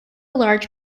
large